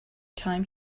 time